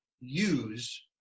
use